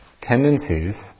tendencies